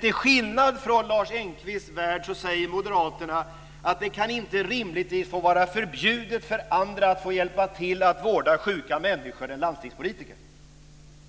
Till skillnad från i Lars Engqvist värld säger moderaterna: Det kan inte rimligtvis vara förbjudet för andra att hjälpa till att vårda sjuka människor än landstingspolitiker.